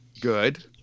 Good